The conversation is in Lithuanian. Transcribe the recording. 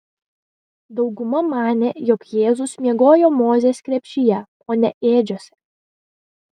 dauguma manė jog jėzus miegojo mozės krepšyje o ne ėdžiose